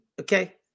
Okay